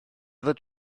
fod